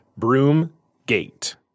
Broomgate